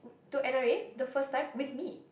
to N_R_A the first time with me